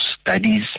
studies